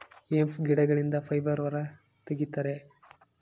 hemp ಗಿಡಗಳಿಂದ fibre ಹೊರ ತಗಿತರೆ